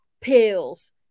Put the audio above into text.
pills